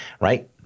Right